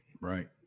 right